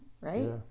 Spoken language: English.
Right